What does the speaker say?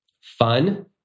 fun